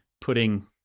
putting